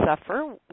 suffer